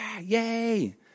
Yay